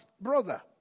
brother